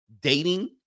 dating